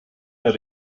mehr